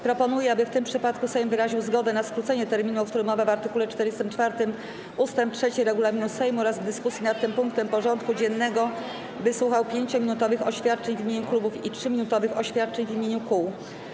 Proponuję, aby w tym przypadku Sejm wyraził zgodę na skrócenie terminu, o którym mowa w art. 44 ust. 3 regulaminu Sejmu, oraz w dyskusji nad tym punktem porządku dziennego wysłuchał 5-minutowych oświadczeń w imieniu klubów i 3-minutowych oświadczeń w imieniu kół.